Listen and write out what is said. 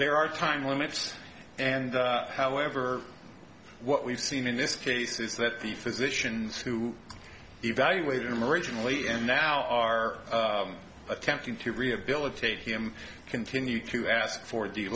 there are time limits and however what we've seen in this case is that the physicians who evaluated him originally and now are attempting to rehabilitate him continue to ask for the